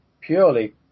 purely